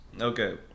okay